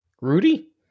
Rudy